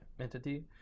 entity